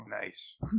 Nice